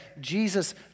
Jesus